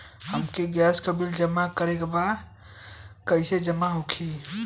हमके गैस के बिल जमा करे के बा कैसे जमा होई?